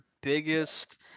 biggest